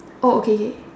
oh okay k